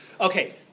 Okay